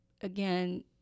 again